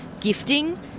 gifting